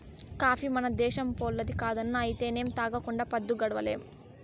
coffee మన దేశంపోల్లది కాదన్నా అయితేనేం తాగకుండా పద్దు గడవడంలే